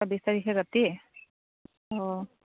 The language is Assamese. ছাব্বিছ তাৰিখে ৰাতি অঁ